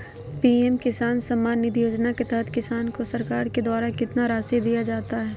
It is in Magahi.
पी.एम किसान सम्मान निधि योजना के तहत किसान को सरकार के द्वारा कितना रासि दिया जाता है?